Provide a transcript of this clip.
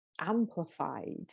amplified